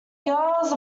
girls